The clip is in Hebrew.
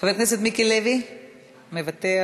חבר הכנסת מיקי לוי, מוותר,